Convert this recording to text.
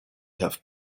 have